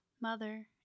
mother